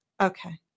Okay